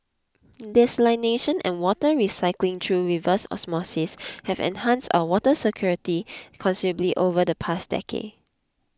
desalination and water recycling through reverse osmosis have enhanced our water security considerably over the past decade